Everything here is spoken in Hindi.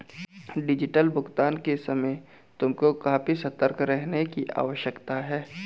डिजिटल भुगतान के समय तुमको काफी सतर्क रहने की आवश्यकता है